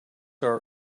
are